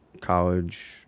college